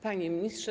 Panie Ministrze!